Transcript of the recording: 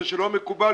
אני המנכ"ל.